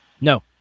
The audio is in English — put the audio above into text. No